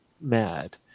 mad